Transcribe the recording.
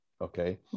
okay